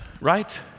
right